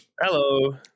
Hello